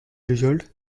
result